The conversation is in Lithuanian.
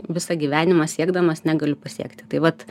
visą gyvenimą siekdamas negaliu pasiekti tai vat